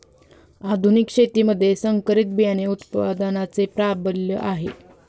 आधुनिक शेतीमध्ये संकरित बियाणे उत्पादनाचे प्राबल्य आहे